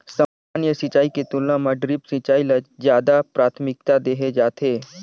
सामान्य सिंचाई के तुलना म ड्रिप सिंचाई ल ज्यादा प्राथमिकता देहे जाथे